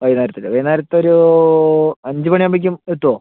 വൈകുന്നേരത്തേക്ക് വൈകുന്നേരത്ത് ഒരു അഞ്ചുമണിയാകുമ്പഴേക്കും എത്തുമോ